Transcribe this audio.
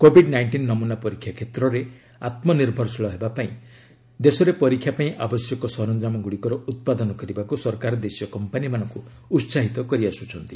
Covid nineteen ନମୁନା ପରୀକ୍ଷା କ୍ଷେତ୍ରରେ ଆତ୍ମନିର୍ଭରଶୀଳ ହେବା ପାଇଁ ଦେଶରେ ପରୀକ୍ଷା ପାଇଁ ଆବଶ୍ୟକ ସରଞ୍ଜାମଗୁଡ଼ିକର ଉତ୍ପାଦନ କରିବାକୁ ସରକାର ଦେଶୀୟ କମ୍ପାନୀମାନଙ୍କୁ ଉସ୍ଥାହିତ କରି ଆସୁଛନ୍ତି